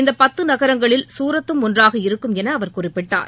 இந்த பத்து நகரங்களில் சூரத்தும் ஒன்றாக இருக்கும் என அவர் குறிப்பிட்டார்